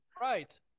Right